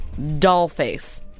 Dollface